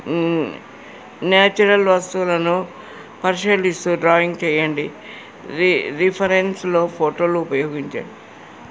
natural వస్తువులను పరిశీలిస్తూ drawing చెయ్యండి ర రిఫరెన్స్లో ఫోటోలు ఉపయోగించండి